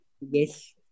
Yes